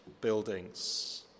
buildings